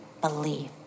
believe